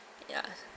ya